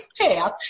path